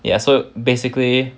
ya so basically